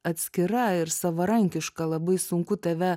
atskira ir savarankiška labai sunku tave